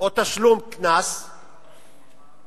או תשלום קנס פעם-פעמיים,